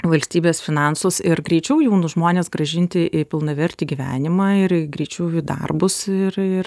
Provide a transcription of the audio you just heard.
valstybės finansus ir greičiau jaunus žmones grąžinti į pilnavertį gyvenimą ir greičiau jų darbus ir ir